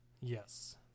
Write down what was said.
yes